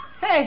Hey